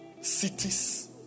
cities